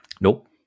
Nope